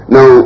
Now